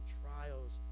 trials